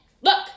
look